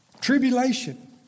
Tribulation